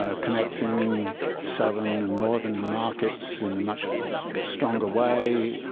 ah connecting southern and northern markets in a much stronger way,